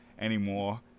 anymore